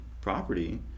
property